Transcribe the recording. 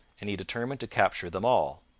and he determined to capture them all.